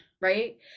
right